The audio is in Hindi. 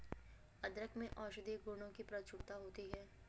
अदरक में औषधीय गुणों की प्रचुरता होती है